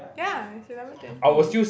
ya it's eleven twenty